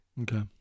Okay